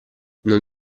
non